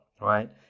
right